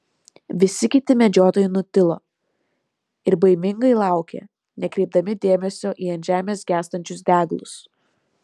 visi kiti medžiotojai nutilo ir baimingai laukė nekreipdami dėmesio į ant žemės gęstančius deglus